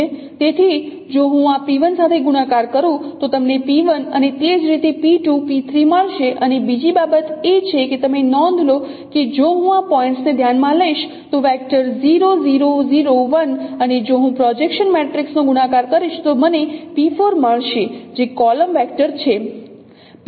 તેથી જો હું આ p1 સાથે ગુણાકાર કરું તો તમને p1 અને તે જ રીતે p2 p3 મળશે અને બીજી બાબત એ છે કે તમે નોંધ લો કે જો હું આ પોઇન્ટને ધ્યાનમાં લઈશ અને જો હું પ્રોજેક્શન મેટ્રિક્સ નો ગુણાકાર કરીશ તો મને p4 મળશે જે કોલમ વેક્ટર છે